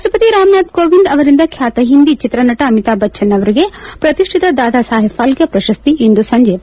ರಾಷ್ಷಪತಿ ರಾಮನಾಥ್ ಕೋವಿಂದ್ ಅವರಿಂದ ಖ್ಯಾತ ಹಿಂದಿ ಚಿತ್ರನಟ ಅಮಿತಾಬ್ ಬಚ್ಛನ್ ಅವರಿಗೆ ಪ್ರತಿಷ್ಠಿತ ದಾದಾ ಸಾಹೇಬ್ ಫಾಲ್ಕೆ ಪ್ರಶಸ್ತಿ ಇಂದು ಸಂಜೆ ಪ್ರದಾನ